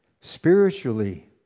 Spiritually